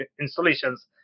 installations